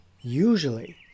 usually